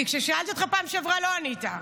כי כששאלתי אותך פעם שעברה לא ענית.